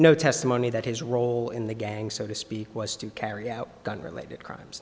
no testimony that his role in the gang so to speak was to carry out gun related crimes